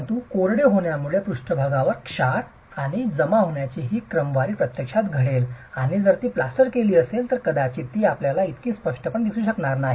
परंतु कोरडे होण्यामुळे पृष्ठभागावर क्षार आणि जमा होण्याची ही क्रमवारी प्रत्यक्षात घडेल आणि जर ती प्लास्टर केली असेल तर कदाचित ती आपल्याला इतकी स्पष्टपणे दिसू शकणार नाही